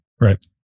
Right